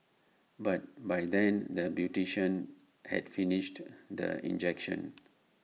but by then the beautician had finished the injection